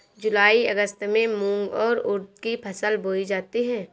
जूलाई अगस्त में मूंग और उर्द की फसल बोई जाती है